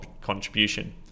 contribution